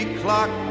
clock